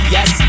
Yes